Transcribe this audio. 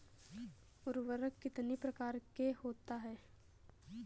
उर्वरक कितनी प्रकार के होता हैं?